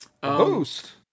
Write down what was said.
Boost